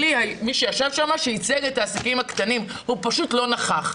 הוא פשוט לא נכח,